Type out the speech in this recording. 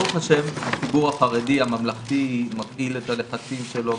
ברוך השם הציבור החרדי הממלכתי מפעיל את הלחצים שלו,